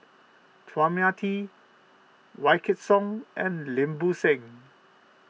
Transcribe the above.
Chua Mia Tee Wykidd Song and Lim Bo Seng